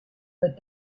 but